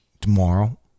tomorrow